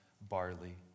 barley